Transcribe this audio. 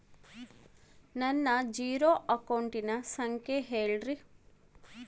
ನನ್ನ ಜೇರೊ ಅಕೌಂಟಿನ ಸಂಖ್ಯೆ ಹೇಳ್ರಿ?